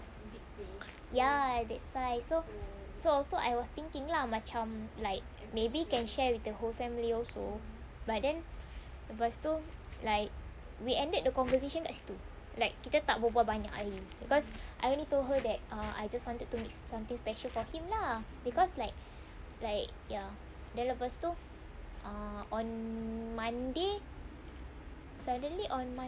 ya that's why so so so I was thinking lah macam like maybe can share with the whole family also but then lepas tu like we ended the conversation kat situ like kita tak berbual banyak cause I only told her that I wanted to make something special for him lah because like like ya then lepas tu on monday suddenly on monday